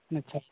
ᱟᱪᱪᱷᱟ